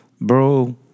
Bro